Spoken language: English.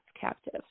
captive